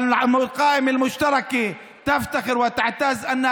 והרשימה המשותפת גאה שהיא